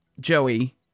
joey